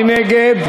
מי נגד?